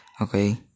Okay